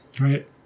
right